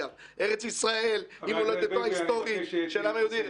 שארץ ישראל היא מולדתו ההיסטורית של העם היהודי,